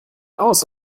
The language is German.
aus